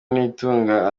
nitunga